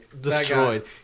destroyed